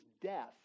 death